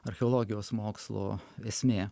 archeologijos mokslo esmė